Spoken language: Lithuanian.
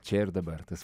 čia ir dabar tas